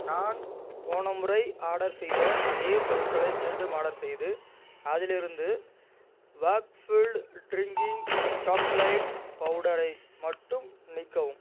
நான் போன முறை ஆர்டர் செய்த அதே பொருட்களை மீண்டும் ஆர்டர் செய்து அதிலிருந்த வேக்ஃபீல்ட் ட்ரிங்கிங் சாக்லேட் பவுடரை மட்டும் நீக்கவும்